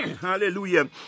hallelujah